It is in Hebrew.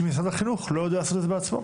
משרד החינוך לא יודע לעשות את זה בעצמו,